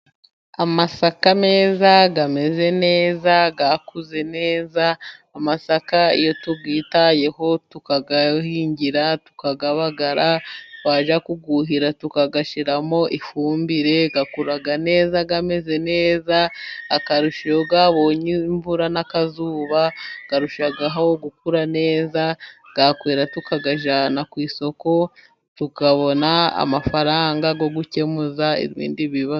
Amasaka meza ameze neza, yakuze neza. Amasaka iyo twayitayeho tukayahingira, tukayabagara twajya kuyuhira tukayashyiraho ifumbire, akura neza, ameze neza. Akarusho iyo yabonye imvura n'akazuba arushagaho gukura neza, yakwera tukayajyana ku isoko tukabona amafaranga yo gukemuza ibindi bibazo.